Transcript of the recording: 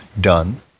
done